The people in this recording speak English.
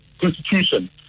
constitution